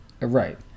Right